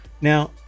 Now